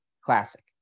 Classic